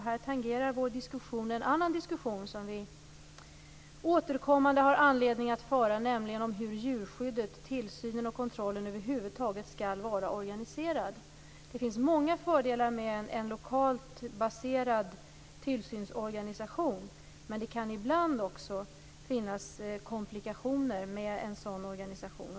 Då tangerar vår diskussion en annan diskussion som vi återkommande har anledning att föra, nämligen den om hur djurskyddet, tillsynen och kontrollen över huvud taget skall vara organiserad. Det finns många fördelar med en lokalt baserad tillsynsorganisation, men det kan ibland också finnas komplikationer med en sådan organisation.